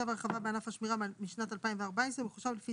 טור 1 טור 2 טור 3 טור 4 רכיבי שכר